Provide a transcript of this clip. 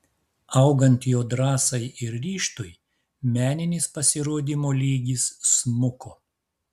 augant jo drąsai ir ryžtui meninis pasirodymo lygis smuko